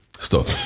stop